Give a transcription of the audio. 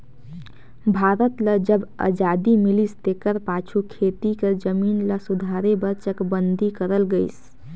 भारत ल जब अजादी मिलिस तेकर पाछू खेती कर जमीन ल सुधारे बर चकबंदी करल गइस